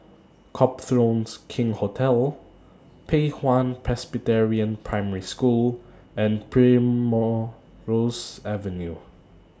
Copthorne King's Hotel Pei Hwa Presbyterian Primary School and Primrose Avenue